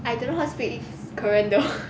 I don't know how to speak korean though